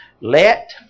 Let